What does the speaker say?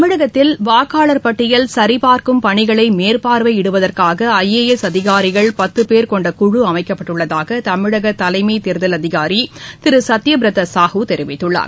தமிழகத்தில் வாக்காளர் பட்டியல் சரிபாரக்கும் பணிகளை மேற்பார்வையிடுவதற்காக ஐ ஏ எஎஸ் அதிகாரிகள் பத்து பேர் கொண்ட குழு அமைக்கப்பட்டள்ளதாக தமிழக தலைமை தேர்தல் அதிகாரி திரு சத்ய பிரதா சாஹூ தெரிவித்துள்ளார்